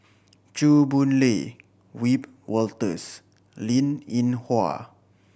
Chew Boon Lay Wiebe Wolters Linn In Hua